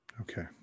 Okay